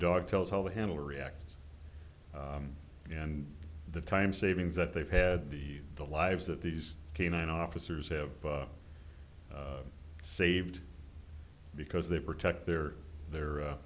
dog tells how the handler reacts and the time savings that they've had the the lives that these canine officers have saved because they protect their their